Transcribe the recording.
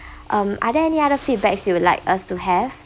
um are there any other feedbacks you would like us to have